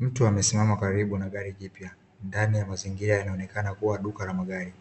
Mtu amesimama karibu na gari jipya, ndani mazingira yanaonekana kuwa ni duka la magari,